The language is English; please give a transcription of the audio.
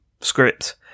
script